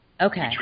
Okay